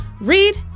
read